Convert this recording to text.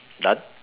done